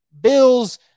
Bills